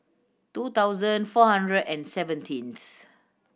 two thousand four hundred and seventeenth